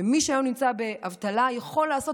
ומי שהיום נמצא באבטלה יכול לעשות